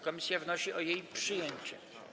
Komisja wnosi o jej przyjęcie.